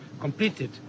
completed